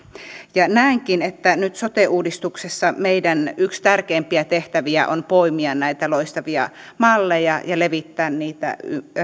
näenkin että nyt sote uudistuksessa yksi meidän tärkeimpiä tehtäviä on poimia näitä loistavia malleja ja levittää niitä